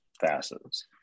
facets